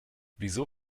wieso